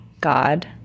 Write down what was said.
God